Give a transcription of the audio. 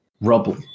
rubble